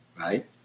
Right